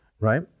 Right